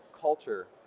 culture